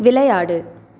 விளையாடு